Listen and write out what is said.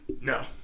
No